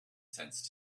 sensed